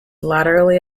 latterly